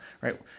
right